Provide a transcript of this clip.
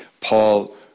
Paul